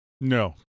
No